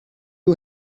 you